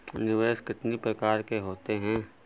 निवेश कितनी प्रकार के होते हैं?